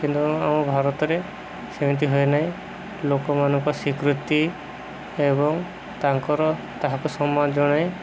କିନ୍ତୁ ଆମ ଭାରତରେ ସେମିତି ହୁଏନାହିଁ ଲୋକମାନଙ୍କ ସ୍ୱୀକୃତି ଏବଂ ତାଙ୍କର ତାହାକୁ ସମ୍ମାନ ଜଣାଇ